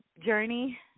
journey